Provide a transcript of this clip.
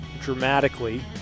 dramatically